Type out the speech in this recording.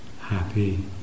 happy